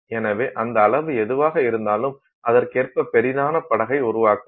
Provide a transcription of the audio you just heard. எனவே அந்த அளவு எதுவாக இருந்தாலும் அதற்கேற்ப பெரிதான படகை உருவாக்கலாம்